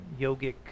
yogic